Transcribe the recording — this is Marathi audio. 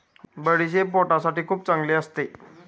बडीशेप पोटासाठी खूप चांगली असते